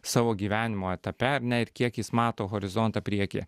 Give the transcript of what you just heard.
savo gyvenimo etape ar ne ir kiek jis mato horizontą priekyje